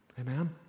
Amen